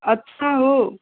अच्छा हो